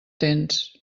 tens